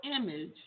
image